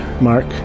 Mark